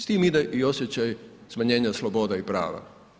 S tim ide i osjećaj smanjenja sloboda i prava.